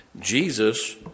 Jesus